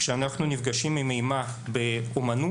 כשאנחנו נפגשים עם אימה באומנות,